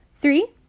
Three